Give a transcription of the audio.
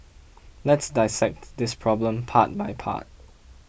let's dissect this problem part by part